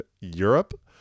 Europe